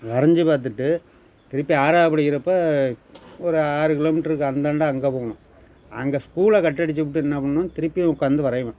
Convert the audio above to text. வரைஞ்சி பார்த்துட்டு திருப்பி ஆறாவது படிக்கிறப்போ ஒரு ஆறு கிலோமீட்டருக்கு அந்தாண்ட அங்கே போகணும் அங்கே ஸ்கூலை கட் அடிச்சிப்புட்டு என்ன பண்ணுவேன் திருப்பியும் உட்காந்து வரையுவேன்